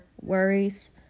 worries